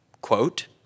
quote